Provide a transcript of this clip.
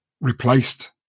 replaced